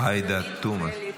תמיד הוא קורא לי תומא,